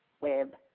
web